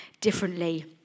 differently